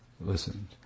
listened